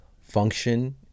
function